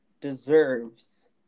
deserves